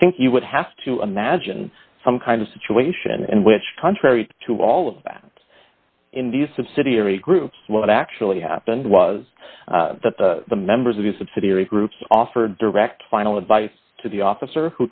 i think you would have to imagine some kind of situation in which contrary to all of that in these subsidiary groups what actually happened was that the members of the subsidiary groups offered direct final advice to the officer